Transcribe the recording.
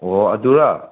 ꯑꯣ ꯑꯗꯨꯔ